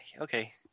okay